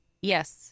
Yes